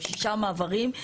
6 מעברים.